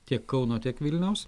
tiek kauno tiek vilniaus